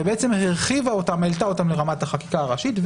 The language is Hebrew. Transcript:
ובעצם העלתה אותם לרמת החקיקה הראשית,